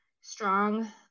strong